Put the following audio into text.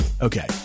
Okay